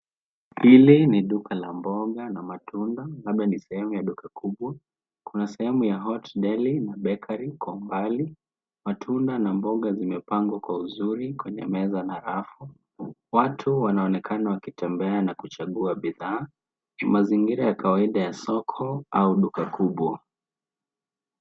Hili ni duka la mboga na matunda, labda ni sehemu la duka kubwa, kuna sehemu ya {cs}hot deli na bakery{cs] kwa umbali. Matunda na mboga zimepangwa uzuri kwenye meza na rafu, watu wanaonekana wakitembea na kuchagua bidhaa. Juu ya mazingira ya kawaida ya soko au duka kubwa.